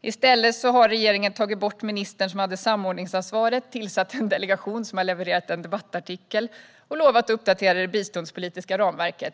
I stället har regeringen tagit bort den minister som hade samordningsansvaret, tillsatt en delegation som har levererat en debattartikel och lovat att uppdatera det biståndspolitiska ramverket.